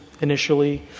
initially